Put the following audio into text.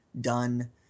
done